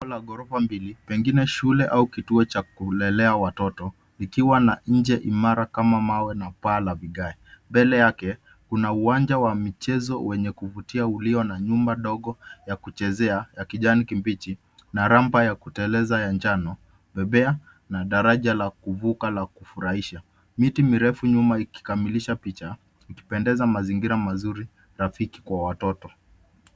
Ghorofa mbili, pengine shule au kituo cha kulelea watoto, ikiwa na nje imara kama mawe na paa la vigae. Mbele yake, kuna uwanja wa michezo wenye kuvutia ulio na nyumba dogo ya kuchezea ya kijani kimbichi na rampa ya kuteleza ya njano, bebea na daraja la kuvuka la kufuraisha. Miti mirefu nyuma ikikamilisha picha, ikipendeza mazingira mazuri rafiki kwa watoto.